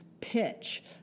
pitch